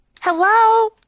Hello